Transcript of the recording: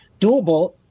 doable